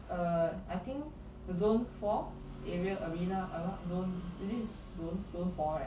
err I think zone four area arena zones is it zone zone four right